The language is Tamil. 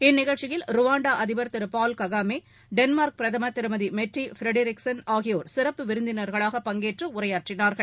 இந்நிகழ்ச்சியில் ருவாண்டா அதிபர் திரு பால்ககாமே டென்மார்க் பிரதமர் திருமதி மெட்டே ஃபிரெடெரிக்சன் ஆகியோர் சிறப்பு விருந்தினர்களாக பங்கேற்று உரையாற்றினார்கள்